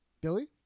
Billy